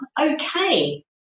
okay